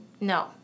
No